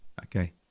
okay